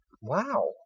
Wow